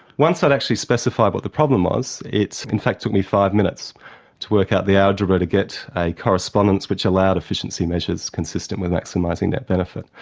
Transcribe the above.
once i'd actually specified what the problem was it in fact took me five minutes to work out the algebra to get a correspondence which allowed efficiency measures consistent with maximising net benefit.